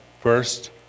First